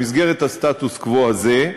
במסגרת הסטטוס-קוו הזה,